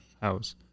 house